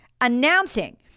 announcing